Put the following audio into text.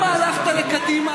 ולמה לפנות את עמונה?